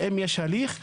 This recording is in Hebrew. האם יש הליך?